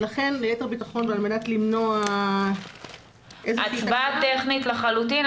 לכן ליתר ביטחון ועל מנת למנוע --- הצבעה טכנית לחלוטין.